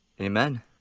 Amen